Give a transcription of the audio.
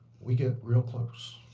we get real close.